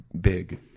big